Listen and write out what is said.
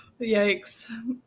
yikes